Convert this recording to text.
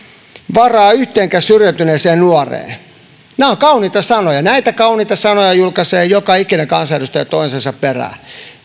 varaa yhteenkään syrjäytyneeseen nuoreen nämä ovat kauniita sanoja ja näitä kauniita sanoja julkaisee joka ikinen kansanedustaja toisensa perään